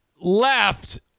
left